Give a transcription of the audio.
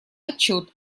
отчет